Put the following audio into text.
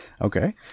Okay